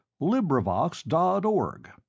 LibriVox.org